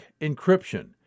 Encryption